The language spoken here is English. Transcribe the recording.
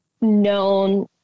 known